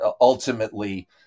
ultimately